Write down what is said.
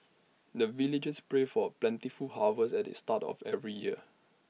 the villagers pray for plentiful harvest at the start of every year